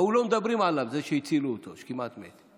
ההוא, לא מדברים עליו, זה שהצילו אותו, שכמעט מת.